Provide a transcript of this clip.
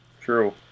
True